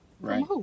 Right